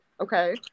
Okay